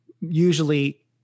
usually